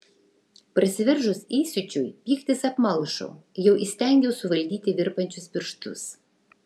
prasiveržus įsiūčiui pyktis apmalšo jau įstengiau suvaldyti virpančius pirštus